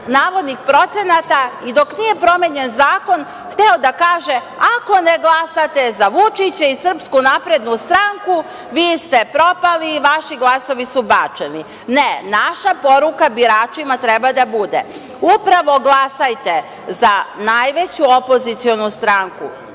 navodnih procenata i dok nije promenjen zakon, hteo da kaže, ako ne glasate za Vučića i SNS vi ste propali i vaši glasovi su bačeni. Ne, naša poruka biračima treba da bude – upravo glasajte za najveću opozicionu stranku